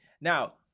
Now